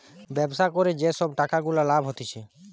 ব্যবসা করে যে সব টাকা গুলা লাভ হতিছে